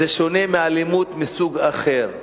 זה שונה מאלימות מסוג אחר.